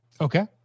Okay